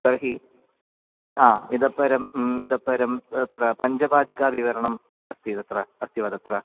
तर्हि इतः परम् इतः परं तत्र पञ्चपादिकाविवरणम् अस्ति तत्र अस्ति वा तत्र